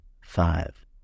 five